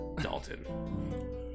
Dalton